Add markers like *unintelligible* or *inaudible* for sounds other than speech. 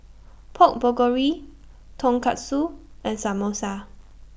Pork *unintelligible* Tonkatsu and Samosa